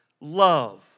Love